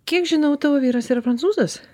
kiek žinau tavo vyras yra prancūzas